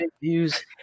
views